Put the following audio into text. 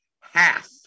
half